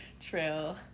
trail